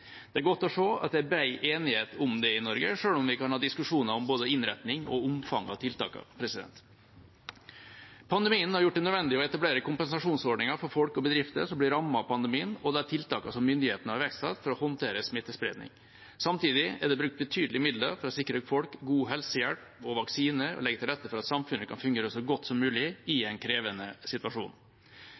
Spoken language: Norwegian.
Det er godt å se at det er bred enighet om det i Norge, selv om vi kan ha diskusjoner om både innretning og omfanget av tiltakene. Pandemien har gjort det nødvendig å etablere kompensasjonsordninger for folk og bedrifter som blir rammet av pandemien og de tiltakene som myndighetene har iverksatt for å håndtere smittespredning. Samtidig er det brukt betydelige midler for å sikre folk god helsehjelp og vaksine og legge til rette for at samfunnet kan fungere så godt som mulig i en krevende situasjon.